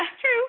True